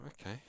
okay